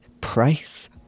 price